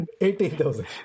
18,000